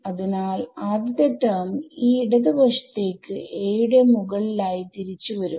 അതിനാൽ ആദ്യത്തെ ടെർമ് ഈ ഇടത് വശത്തേക്ക് a യുടെ മുകളിൽ ആയി തിരിച്ചു വരും